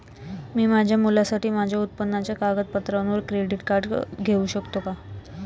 मी माझ्या मुलासाठी माझ्या उत्पन्नाच्या कागदपत्रांवर क्रेडिट कार्ड घेऊ शकतो का?